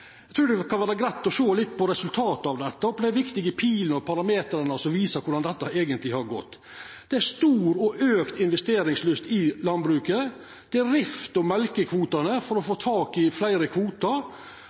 Eg trur det kan vera greitt å sjå litt på resultatet av dette og på dei viktige pilene og parameterane som viser korleis dette eigentleg har gått. Det er stor og auka investeringslyst i landbruket. Det er rift om mjølkekvotane for å